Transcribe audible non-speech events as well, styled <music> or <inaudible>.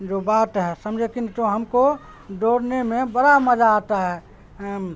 جو بات ہے سمجھے کہ <unintelligible> تو ہم کو دوڑنے میں بڑا مزہ آتا ہے